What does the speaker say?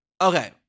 okay